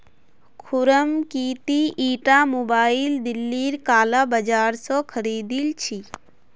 खुर्रम की ती ईटा मोबाइल दिल्लीर काला बाजार स खरीदिल छि